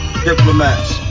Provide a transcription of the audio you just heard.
diplomats